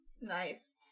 Nice